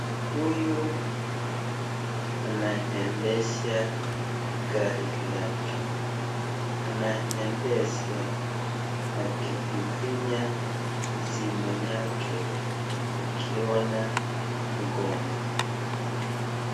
Huyu anaendesha gari lake anaendesha akiwa anafinya simu yake akiona ngoma.